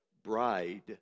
bride